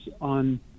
on